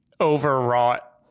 overwrought